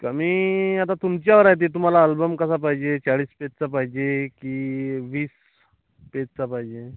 कमी आता तुमच्यावर आहे ते तुम्हाला आल्बम कसा पाहिजे चाळीस पेजचा पाहिजे की वीस पेजचा पाहिजे